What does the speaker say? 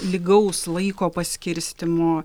lygaus laiko paskirstymo